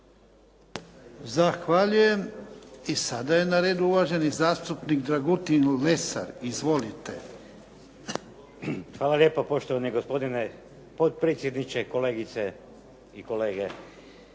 Zahvaljujem. I sada je na redu uvaženi zastupnik Dragutin Lesar. Izvolite. **Lesar, Dragutin (Nezavisni)** Hvala lijepa poštovani gospodine potpredsjedniče, kolegice i kolege.